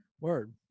Word